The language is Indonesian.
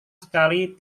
sekali